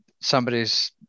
somebody's